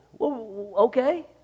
Okay